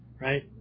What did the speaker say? right